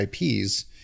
ips